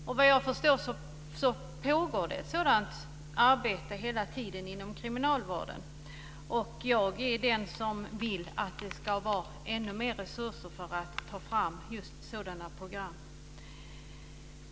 Såvitt jag förstår pågår det ett sådant arbete hela tiden inom kriminalvården. Jag vill att det ska gå ännu mer resurser till att ta fram just sådana program.